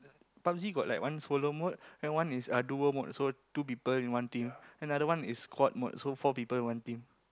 Pub-G got one solo mode then one is uh duo mode so two people in one team then another one is squad mode so four people in one team